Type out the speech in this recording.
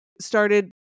started